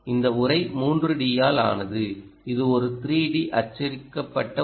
இந்த உறை 3D யால் ஆனது இது ஒரு 3D அச்சிடப்பட்ட உறை